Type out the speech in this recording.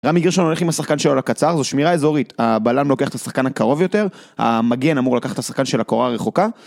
רמי גרשון הולך עם השחקן שלו לקצר, זו שמירה אזורית, הבלם לוקח את השחקן הקרוב יותר, המגן אמור לקחת את השחקן של הקורה הרחוקה.